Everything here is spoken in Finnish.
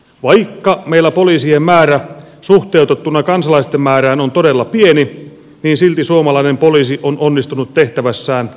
vaikka meillä poliisien määrä suhteutettuna kansalaisten määrään on todella pieni niin silti suomalainen poliisi on onnistunut tehtävässään erittäin hyvin